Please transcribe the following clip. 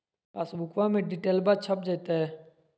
पासबुका में डिटेल्बा छप जयते?